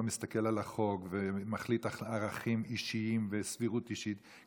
מסתכל על החוק ומחליט על ערכים אישיים וסבירות אישית,